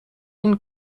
این